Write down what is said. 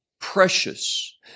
precious